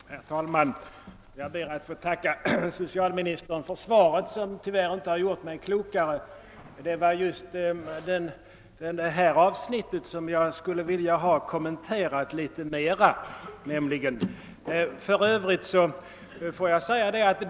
Herr talman! Jag ber att få tacka socialministern för svaret som tyvärr inte har gjort mig klokare — det var nämligen just det i svaret citerade avsnittet av departementspromemorian som jag skulle vilja få litet mer kommenterat.